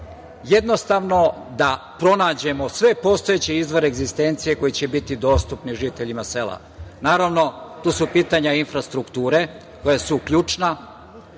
Jednostavno da pronađemo sve postojeće izvore egzistencije koji će biti dostupni žiteljima sela. Naravno, tu su pitanja infrastrukture koja su ključna. Osvrnuću